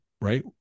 right